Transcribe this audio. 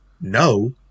No